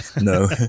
no